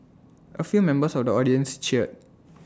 A few members of the audience cheered